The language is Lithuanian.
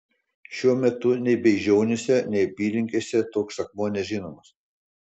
šiuo metu nei beižionyse nei apylinkėse toks akmuo nežinomas